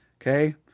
Okay